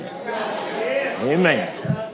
Amen